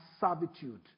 servitude